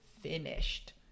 finished